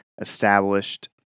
established